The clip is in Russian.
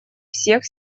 всех